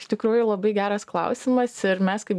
iš tikrųjų labai geras klausimas ir mes kaip